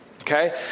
okay